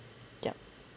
yup